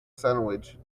sandwich